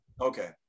Okay